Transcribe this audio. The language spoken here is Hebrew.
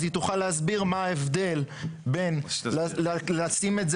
אז היא תוכל להסביר מה ההבדל בין לשים את זה